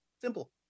Simple